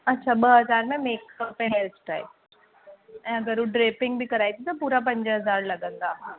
अच्छा ॿ हज़ार में मेकअप ऐं हैर स्टाइल ऐं अगरि हू ड्रेसिंग बि कराए थी त पूरा पंज़ हज़ार लॻंदा